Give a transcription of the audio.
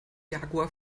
jaguar